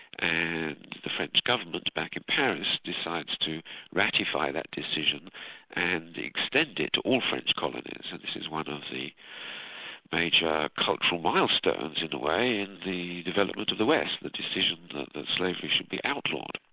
and the french government, back in paris, decided to ratify that decision and extend it to all french colonies and this is one of the major cultural milestones in a way, in the development of the west, the decision that slavery should be outlawed.